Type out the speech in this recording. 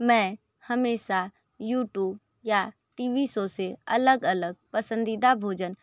मैं हमेशा यूट्यूब या टी वी शो से अलग अलग पसंदीदा भोजन